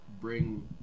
bring